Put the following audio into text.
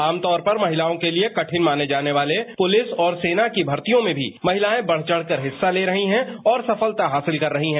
आम तौर पर महिलाओं के लिए कठिन माने जाने वाले पुलिस और सेना की भर्तियों में भी महिलाएं बढ चढ़ कर हिस्सा ले रही है और सफलता हासिल कर रही हैं